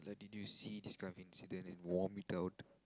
did you see this kind of incident and vomit out